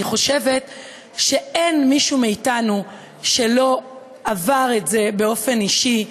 אני חושבת שאין מישהו מאתנו שלא עבר את זה באופן אישי,